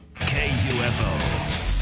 KUFO